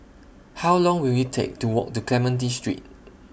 How Long Will IT Take to Walk to Clementi Street